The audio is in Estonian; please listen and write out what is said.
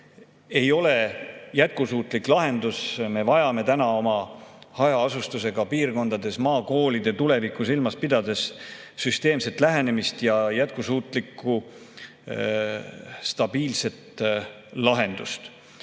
ei ole jätkusuutlik lahendus. Me vajame täna hajaasustusega piirkondades maakoolide tulevikku silmas pidades süsteemset lähenemist ja jätkusuutlikku stabiilset lahendust. Ma